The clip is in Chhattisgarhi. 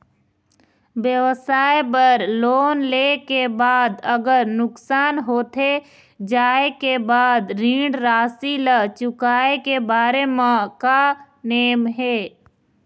व्यवसाय बर लोन ले के बाद अगर नुकसान होथे जाय के बाद ऋण राशि ला चुकाए के बारे म का नेम हे?